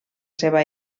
seva